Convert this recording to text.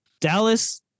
Dallas